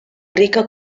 rica